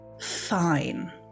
fine